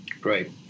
Great